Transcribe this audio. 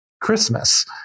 Christmas